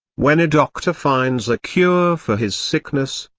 when a doctor finds a cure for his sickness,